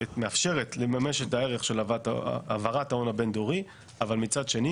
שמאפשרת לממש את הערך של העברת ההון הבין דורי ומצד שני